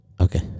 Okay